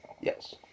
Yes